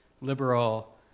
liberal